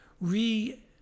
re